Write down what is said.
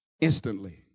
Instantly